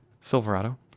Silverado